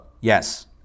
Yes